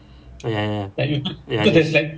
oh ya ya ya